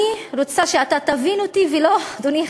אני רוצה שאתה תבין אותי ולא, אדוני,